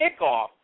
kickoff